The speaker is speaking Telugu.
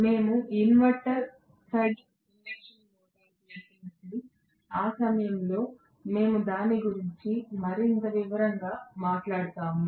మేము ఇన్వర్టర్ ఫెడ్ ఇండక్షన్ మోటారుకు వెళుతున్నప్పుడు ఆ సమయంలో మేము దాని గురించి మరింత వివరంగా మాట్లాడుతాము